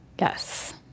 Yes